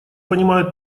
понимают